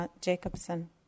Jacobson